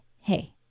Hey